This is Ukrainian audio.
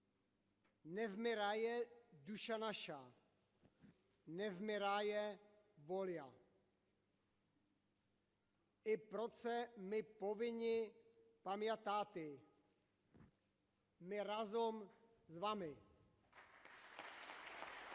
"Не вмирає душа наша, не вмирає воля". І про це ми повинні пам'ятати. Ми разом з вами!